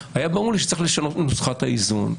היה ברור לי שצריך לשנות את נוסחת האיזון.